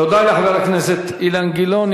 תודה לחבר הכנסת אילן גילאון.